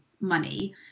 money